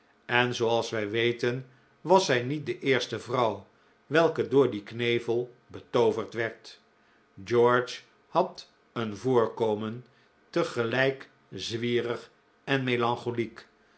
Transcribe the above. en zooals wij weten was zij niet de eerste vrouw welke door dien knevel betooverd werd george had een voorkomen tegelijk zwierig en melancholiek